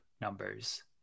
numbers